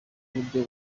uburyo